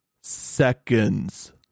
seconds